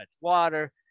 water